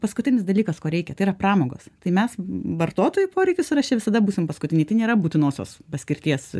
paskutinis dalykas ko reikia tai yra pramogos tai mes vartotojų poreikių sąraše visada būsim paskutiniai tai nėra būtinosios paskirties